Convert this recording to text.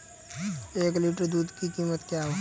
एक लीटर दूध की कीमत क्या है?